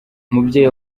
umubyeyi